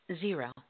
Zero